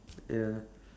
ya